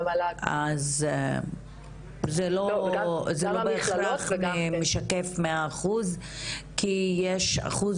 אבל --- אז זה לא בהכרח משקף מאה אחוז כי יש אחוז